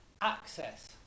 access